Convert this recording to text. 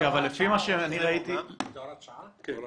כן, זו הוראת שעה.